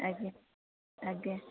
ଆଜ୍ଞା ଆଜ୍ଞା